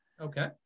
Okay